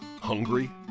hungry